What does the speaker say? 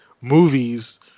movies